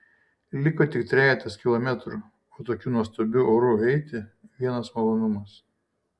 liko tik trejetas kilometrų o tokiu nuostabiu oru eiti vienas malonumas